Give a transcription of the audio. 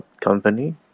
company